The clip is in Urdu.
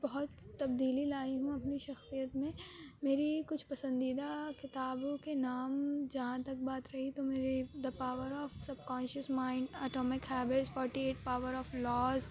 بہت تبدیلی لائی ہوں اپنی شخصیت میں میری کچھ پسندیدہ کتابوں کے نام جہاں تک بات رہی تو میری the power of subconscious mind atomic habits forty eight power of laws